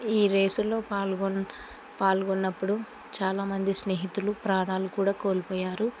ఈ రేసులో పాల్గొన్నప్పుడు చాలామంది స్నేహితులు ప్రాణాలు కూడా కోల్పోయారు